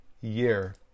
year